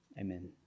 Amen